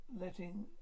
letting